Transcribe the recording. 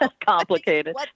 complicated